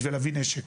בשביל להביא נשק.